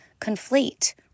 conflate